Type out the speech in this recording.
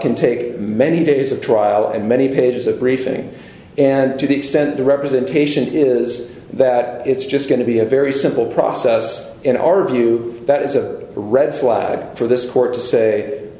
can take many days of trial and many pages of briefing and to the extent the representation is that it's just going to be a very simple process in our view that is a red flag for this court to say th